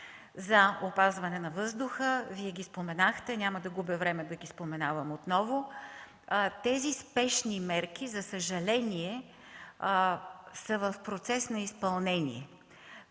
за опазване на въздуха – Вие ги споменахте, няма да губя време да ги споменавам отново. Тези спешни мерки за съжаление са в процес на изпълнение.